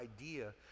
idea